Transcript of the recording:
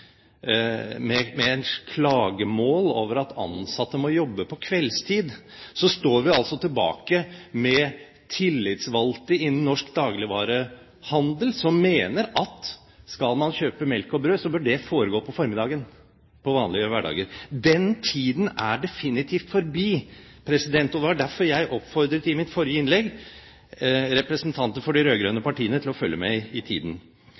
med klagemål over at ansatte må jobbe på kveldstid. Vi står altså tilbake med tillitsvalgte innen norsk dagligvarehandel som mener at skal man kjøpe melk og brød, bør det foregå på formiddagen på vanlige hverdager. Den tiden er definitivt forbi. Det var derfor jeg i mitt forrige innlegg oppfordret representanter for de rød-grønne partiene til å følge med i tiden.